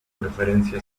preferencia